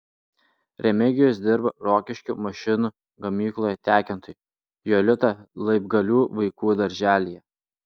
remigijus dirba rokiškio mašinų gamykloje tekintoju jolita laibgalių vaikų darželyje